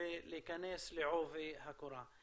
ולהיכנס לעובי הקורה.